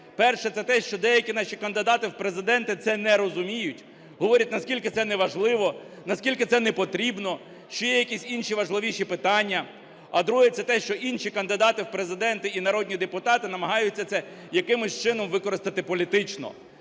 Перше – це те, що деякі наші кандидати в президенти це не розуміють, говорять, наскільки це неважливо, наскільки це непотрібно, що є якісь інші важливіші питання. А друге – це те, що інші кандидати в президенти і народні депутати намагаються це якимось чином використати політично.